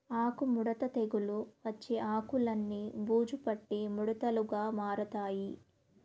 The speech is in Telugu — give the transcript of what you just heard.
ఆకు ముడత తెగులు వచ్చి ఆకులన్ని బూజు పట్టి ముడతలుగా మారతాయి